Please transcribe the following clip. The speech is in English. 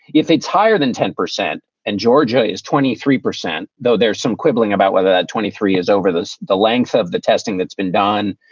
if it's higher than ten percent and georgia is twenty three percent, though, there's some quibbling about whether that twenty three is over this the length of the testing that's been done.